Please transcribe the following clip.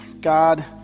God